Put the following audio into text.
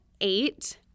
eight